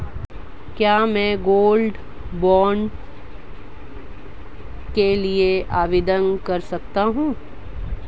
क्या मैं gold bond के लिए आवेदन कर सकता हूं?